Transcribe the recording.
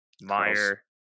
Meyer